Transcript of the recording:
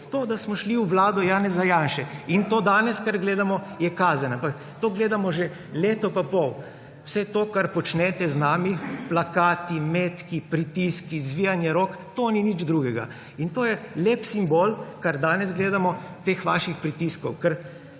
To, da smo šli v vlado Janeza Janše. in to, kar gledamo danes, je kazen. Ampak to gledamo že leto in pol. Vse to, kar počnete z nami, plakati, metki, pritiski, zvijanje rok, to ni nič drugega. In to je lep simbol, kar danes gledamo, teh vaših pritiskov, ker